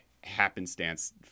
happenstance